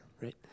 right